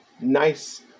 nice